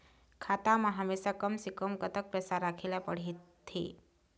खाता मा हमेशा कम से कम कतक पैसा राखेला पड़ही थे?